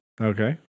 Okay